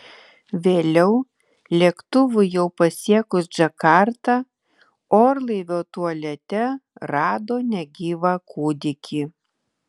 vėliau lėktuvui jau pasiekus džakartą orlaivio tualete rado negyvą kūdikį